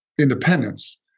independence